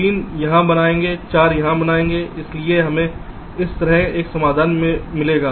3 यहां आएंगे 4 वहां आएंगे इसलिए हमें इस तरह का समाधान मिलेगा